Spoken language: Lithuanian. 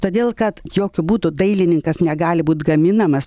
todėl kad jokių būdu dailininkas negali būt gaminamas